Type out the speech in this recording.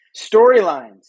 Storylines